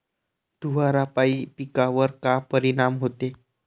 धुवारापाई पिकावर का परीनाम होते?